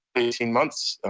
eighteen months, and